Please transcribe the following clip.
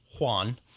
Juan